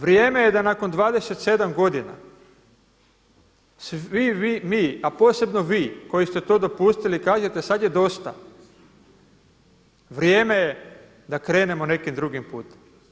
Vrijeme je da nakon 27 godina svi mi, a posebno vi koji ste to dopustili kažete sada je dosta, vrijeme je da krenem nekim drugim putem.